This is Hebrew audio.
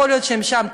יכול להיות שהם שם,